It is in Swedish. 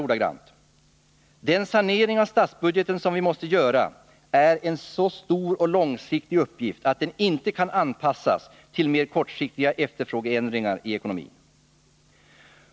Vi säger att den ”sanering av statsbudgeten som vi måste göra är en så stor och långsiktig uppgift att den inte kan anpassas till mer kortsiktiga efterfrågeförändringar i ekonomin”.